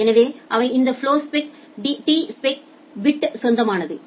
எனவே அவை இந்த ப்லொ ஸ்பெக் டிஸ்ச்பேக் பிட்ட்டிற்கு சொந்தமானது